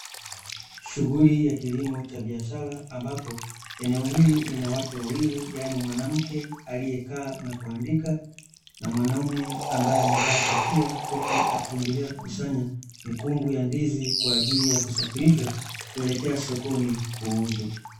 Shughuli ya kilimo cha biashara ambapo eneo hili lina watu wawili yaani mwanamke aliyekaa na kuandika na mwanaume ambaye amevaa kofia huku akiendelea kukusanya mikungu ya ndizi kwa ajili ya kusafirishwa kuelekea sokoni kuuzwa.